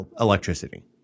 electricity